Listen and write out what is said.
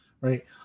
right